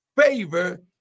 favor